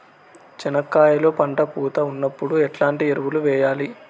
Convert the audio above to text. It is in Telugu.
చెనక్కాయలు పంట పూత ఉన్నప్పుడు ఎట్లాంటి ఎరువులు వేయలి?